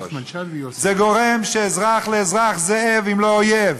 זה גורם לזה שאזרח לאזרח זאב, אם לא אויב.